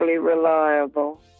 reliable